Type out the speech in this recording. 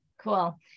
Cool